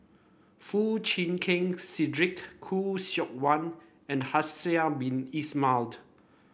Foo Chee Keng Cedric Khoo Seok Wan and Haslir Bin Ibrahim